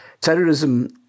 terrorism